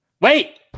Wait